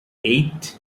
eight